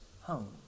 home